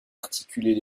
articuler